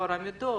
טוהר המידות